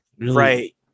right